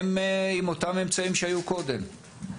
הם עם אותם אמצעים שהיו קודם,